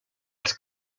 als